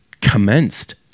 commenced